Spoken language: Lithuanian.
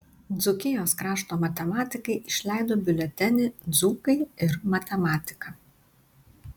dzūkijos krašto matematikai išleido biuletenį dzūkai ir matematika